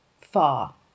far